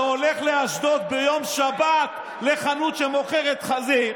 שהולך לאשדוד ביום שבת לחנות שמוכרת חזיר,